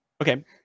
Okay